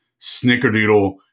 snickerdoodle